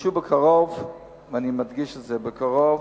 ויוגשו בקרוב, ואני מדגיש שזה בקרוב,